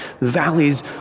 valleys